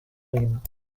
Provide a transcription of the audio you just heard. bringen